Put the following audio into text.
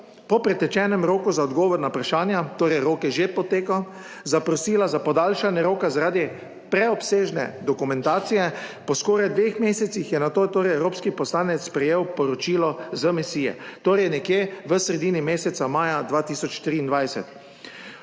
po pretečenem roku za odgovor na vprašanja, torej rok je že potekel, zaprosila za podaljšanje roka, zaradi preobsežne dokumentacije po skoraj dveh mesecih je na to, torej evropski poslanec prejel poročilo z misije, torej nekje v sredini meseca maja 2023.